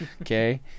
okay